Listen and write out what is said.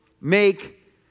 make